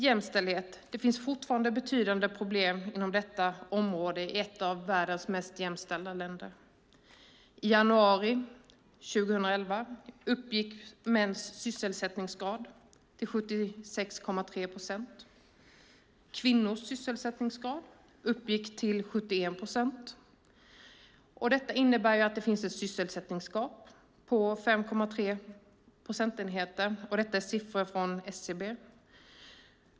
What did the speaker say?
Jämställdhet - det finns fortfarande betydande problem inom detta område i ett av världens mest jämställda länder. I januari 2011 uppgick mäns sysselsättningsgrad till 76,3 procent, kvinnors sysselsättningsgrad uppgick till 71 procent. Detta innebär att det finns ett sysselsättningsgap på 5,3 procentenheter. Detta är siffror från SCB.